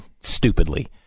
stupidly